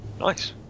Nice